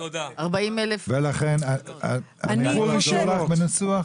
אני יכול לעזור לך בניסוח?